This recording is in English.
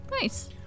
Nice